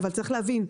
אבל צריך להבין,